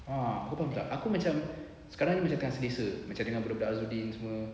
ah aku macam sekarang ni macam tengah selesa macam dengan budak budak azudin ni semua